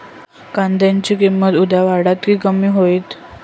कांद्याची किंमत उद्या वाढात की कमी होईत?